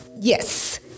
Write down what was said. yes